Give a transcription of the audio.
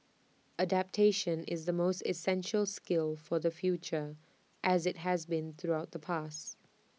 adaptation is the most essential skill for the future as IT has been throughout the past